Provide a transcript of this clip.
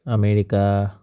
America